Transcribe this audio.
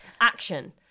action